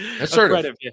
Assertive